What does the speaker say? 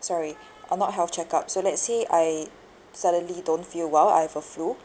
sorry uh not health checkup so let's say I suddenly don't feel well I have a flu